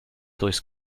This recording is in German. durchs